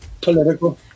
Political